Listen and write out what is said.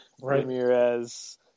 Ramirez